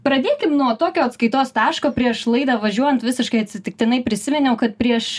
pradėkim nuo tokio atskaitos taško prieš laidą važiuojant visiškai atsitiktinai prisiminiau ka prieš